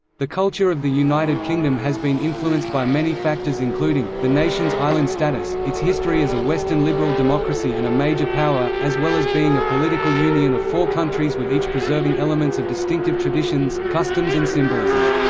the culture of the united kingdom has been influenced by many factors including the nation's island status its history as a western liberal democracy and a major power as well as being a political union of four countries with each preserving elements of distinctive traditions, customs and symbolism.